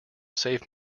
save